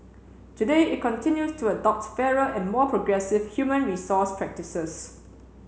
today it continues to adopt fairer and more progressive human resource practices